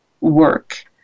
work